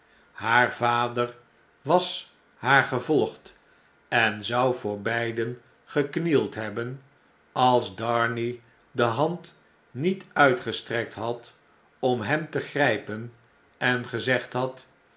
haar vader was haar gevolgd en zou vqor beiden geknield hebben als darnay de hand niet uitgestrekt had om hem te grgpen en gezegd had